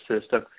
system